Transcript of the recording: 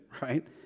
right